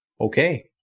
Okay